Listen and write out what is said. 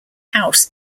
house